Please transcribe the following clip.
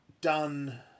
done